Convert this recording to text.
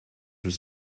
was